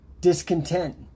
discontent